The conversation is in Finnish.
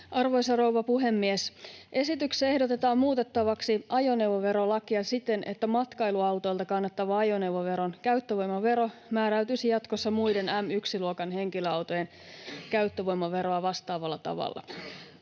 Arvoisa rouva puhemies! Esityksessä ehdotetaan muutettavaksi ajoneuvoverolakia siten, että matkailuautoilta kannettava ajoneuvoveron käyttövoimavero määräytyisi jatkossa muiden M1-luokan henkilöautojen käyttövoimaveroa vastaavalla tavalla.